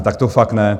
Tak to fakt ne.